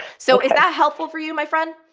so, is that helpful for you, my friend?